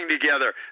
together